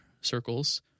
circles